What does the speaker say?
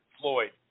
Floyd